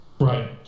Right